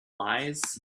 lies